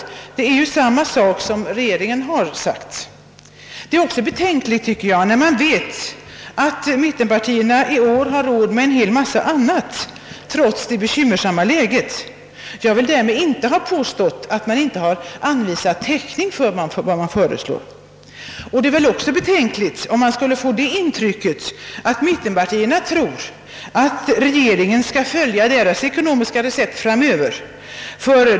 Det är ju samma sak som regeringen har sagt. Det är också betänkligt, tycker jag, när man vet att mittenpartierna i år har råd med en hel massa annat, trots det bekymmersamma läget. Jag vill därmed inte ha påstått att mittenpartierna inte har anvisat täckning för vad de föreslår. Det är också betänkligt om man skulle få det intrycket att mittenpartierna tror att regeringen skall följa deras ekonomiska recept framöver.